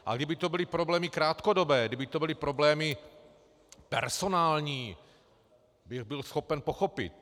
A kdyby to byly problémy krátkodobé, kdyby to byly problémy personální, byl bych schopen to pochopit.